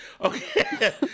Okay